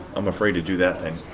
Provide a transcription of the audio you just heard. i'm afraid to do that thing.